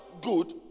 good